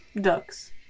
Ducks